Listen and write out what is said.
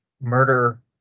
murder